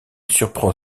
surprend